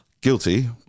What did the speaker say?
guilty